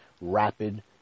rapid